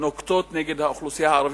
נוקטת נגד האוכלוסייה הערבית,